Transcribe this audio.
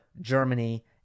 Germany